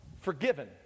forgiven